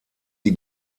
die